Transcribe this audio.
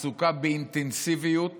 עסוקה באינטנסיביות